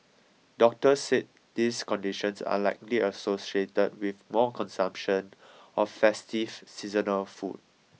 doctors said these conditions are likely associated with more consumption of festive seasonal food